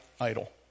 idol